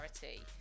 charity